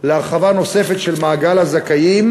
להרחבה נוספת של מעגל הזכאים,